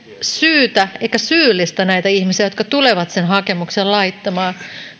syytä eikä syyllistä näitä ihmisiä jotka tulevat sen hakemuksen laittamaan